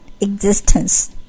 existence